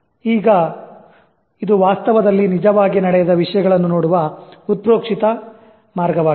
ಈಗ ಇದು ವಾಸ್ತವದಲ್ಲಿ ನಿಜವಾಗಿ ನಡೆಯದ ವಿಷಯಗಳನ್ನು ನೋಡುವ ಉತ್ಪ್ರೇಕ್ಷಿತ ಮಾರ್ಗವಾಗಿದೆ